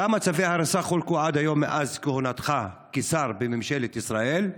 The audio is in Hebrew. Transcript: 1. כמה צווי הריסה חולקו עד היום מאז כהונתך כשר בממשלת ישראל?